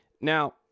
Now